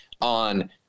on